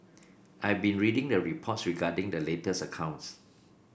I have been reading the reports regarding the latest accounts